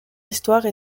histoire